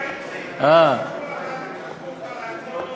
איציק, איציק, אל, את זה.